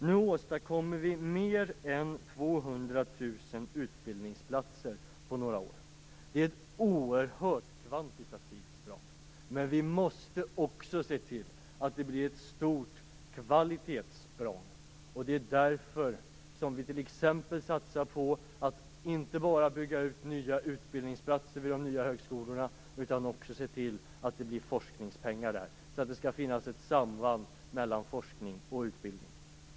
Nu åstadkommer vi mer än 200 000 utbildningsplatser på några år. Det är ett oerhört kvantitativt språng, men vi måste också se till att det blir ett stort kvalitetssprång. Det är därför vi t.ex. satsar på att inte bara bygga ut nya utbildningsplatser vid de nya högskolorna utan också ser till att det blir forskningspengar där. Det skall finnas ett samband mellan forskning och utbildning.